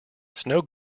snow